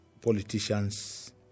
politicians